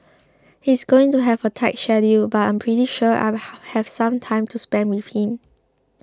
he's going to have a tight schedule but I'm pretty sure I'll have some time to spend with him